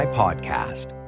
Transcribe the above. podcast